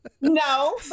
No